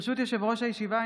ברשות יושב-ראש הישיבה,